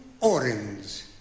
orange